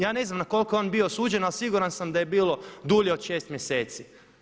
Ja ne znam na koliko je on bio osuđen ali siguran sam da je bilo dulje od 6 mjeseci.